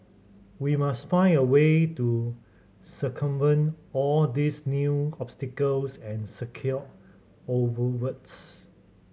we must find a way to circumvent all these new obstacles and secure our votes